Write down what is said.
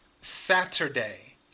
Saturday